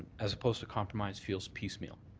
as opposed to compromise, feels piecemeal.